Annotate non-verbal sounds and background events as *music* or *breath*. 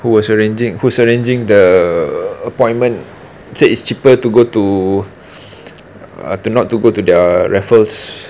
who was arranging whose arranging the appointment say it's cheaper to go to *breath* uh to not to go to their raffle's